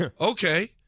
okay